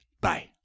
Bye